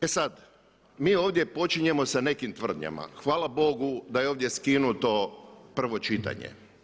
E sada, mi ovdje počinjemo sa nekim tvrdnjama, hvala Bogu da je ovdje skinuto prvo čitanje.